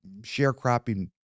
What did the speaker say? sharecropping